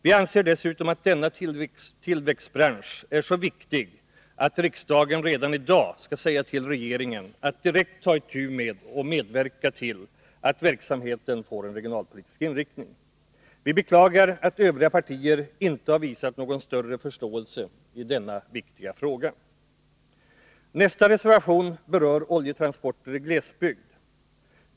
Vi anser dessutom att denna tillväxtbransch är så viktig att riksdagen redan i dag skall uppmana regeringen att direkt ta itu med och medverka till att verksamheten får en regionalpolitisk inriktning. Vi beklagar att övriga partier inte har visat någon större förståelse för denna viktiga fråga. Nästa reservation berör oljetransporter i glesbygd.